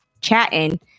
chatting